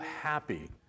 happy